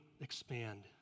expand